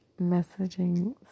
messaging